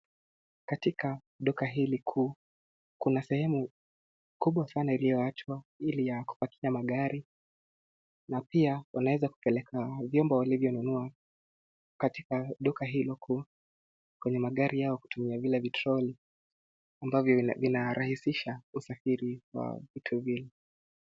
Katika duka hili kuu, kuna sehemu kubwa sana iliowachwa ili ya kupachika magari, na pia wanaeza kupeleka viombo walivyo nunua katika duka hilo kuu kwenye magari yao kwa kutumia vile vitroli ambavyo vinarahisisha usafiri wa vitu vile.